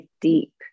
deep